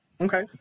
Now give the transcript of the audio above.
okay